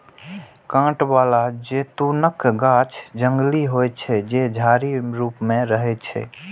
कांट बला जैतूनक गाछ जंगली होइ छै, जे झाड़ी रूप मे रहै छै